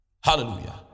Hallelujah